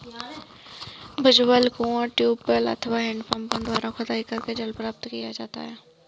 भूजल कुओं, ट्यूबवैल अथवा हैंडपम्पों द्वारा खुदाई करके प्राप्त किया जाता है